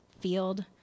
field